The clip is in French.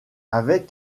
avec